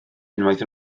unwaith